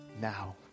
now